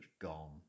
gone